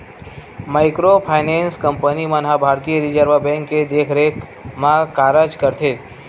micro finance company मन ह भारतीय रिजर्व बेंक के देखरेख म कारज करथे